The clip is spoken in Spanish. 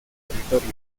territorio